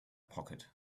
pocket